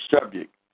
subject